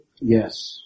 Yes